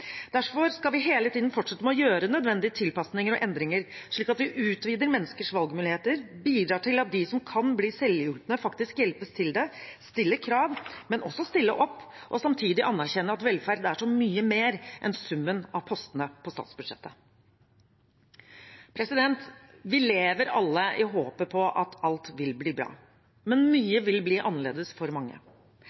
Derfor skal vi hele tiden fortsette med å gjøre nødvendige tilpasninger og endringer, slik at vi utvider menneskers valgmuligheter, bidrar til at de som kan bli selvhjulpne, faktisk hjelpes til det, stiller krav, men også stiller opp og samtidig anerkjenner at velferd er så mye mer enn summen av postene på statsbudsjettet. Vi lever alle i håpet om at alt vil bli bra. Men mye vil bli annerledes for mange.